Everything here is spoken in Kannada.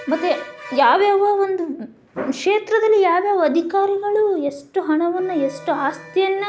ಮತ್ತು ಯಾವ ಯಾವ ಒಂದು ಕ್ಷೇತ್ರದಲ್ಲಿ ಯಾವ್ಯಾವ ಅಧಿಕಾರಿಗಳು ಎಷ್ಟು ಹಣವನ್ನು ಎಷ್ಟು ಆಸ್ತಿಯನ್ನು